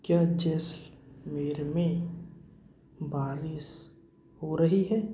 क्या जैसलमेर में बारिश हो रही है